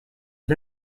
les